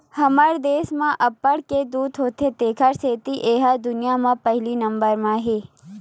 हमर देस म अब्बड़ के दूद होथे तेखर सेती ए ह दुनिया म पहिली नंबर म हे